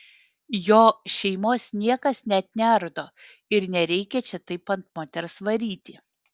jo šeimos niekas net neardo ir nereikia čia taip ant moters varyti